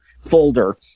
folder